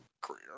career